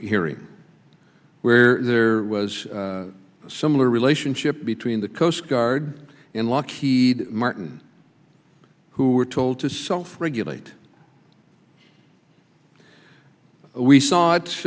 hearing where there was a similar relationship between the coast guard and lockheed martin who were told to self regulate we s